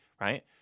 right